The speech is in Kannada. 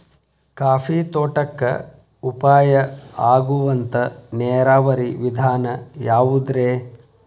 ಕಾಫಿ ತೋಟಕ್ಕ ಉಪಾಯ ಆಗುವಂತ ನೇರಾವರಿ ವಿಧಾನ ಯಾವುದ್ರೇ?